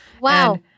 Wow